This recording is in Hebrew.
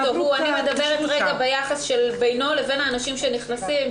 אני מדברת רק על היחס בינו לבין האנשים שנכנסים,